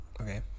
Okay